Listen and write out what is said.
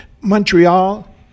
Montreal